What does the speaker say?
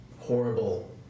horrible